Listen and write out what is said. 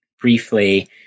briefly